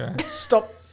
Stop